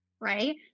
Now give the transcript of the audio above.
right